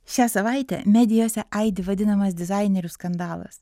šią savaitę medijose aidi vadinamas dizainerių skandalas